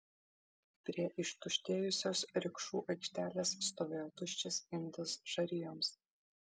prie ištuštėjusios rikšų aikštelės stovėjo tuščias indas žarijoms